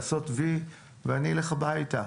לעשות "וי" ואני אלך הביתה.